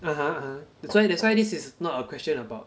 (uh huh) (uh huh) that's why that's why this is not a question about